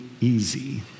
easy